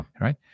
right